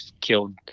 killed